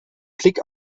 blick